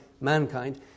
mankind